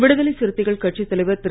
விடுதலை சிறுத்தைகள் கட்சி தலைவர் திரு